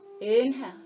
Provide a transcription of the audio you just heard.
inhale